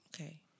Okay